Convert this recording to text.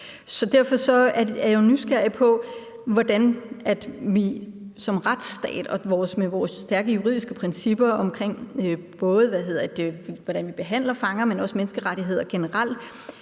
derfor er jeg jo nysgerrig på at vide, hvordan vi som retsstat og med vores stærke juridiske principper om, hvordan vi både behandler fanger, men også ser på menneskerettigheder generelt,